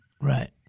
Right